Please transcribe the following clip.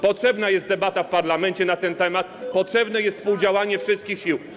Potrzebna jest debata w parlamencie na ten temat, potrzebne jest współdziałanie wszystkich sił.